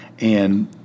And-